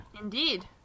Indeed